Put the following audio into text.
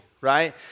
right